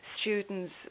students